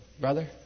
brother